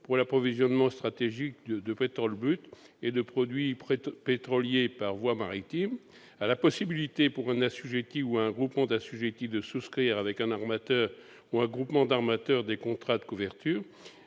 pour l'approvisionnement stratégique de pétrole brut et de produits pétroliers par voie maritime et à la possibilité pour un assujetti ou un groupement d'assujettis de souscrire avec un armateur ou un groupement d'armateurs des contrats de couverture.